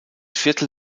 viertel